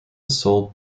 sold